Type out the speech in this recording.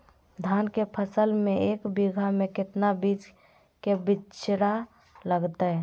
धान के फसल में एक बीघा में कितना बीज के बिचड़ा लगतय?